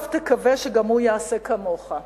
לשווא תקווה שגם הוא יעשה כמוך.